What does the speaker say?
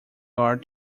are